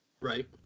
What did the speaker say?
right